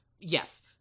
Yes